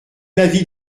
l’avis